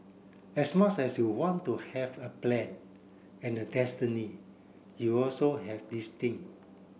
as much as you want to have a plan and a destiny you also have this thing